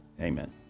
Amen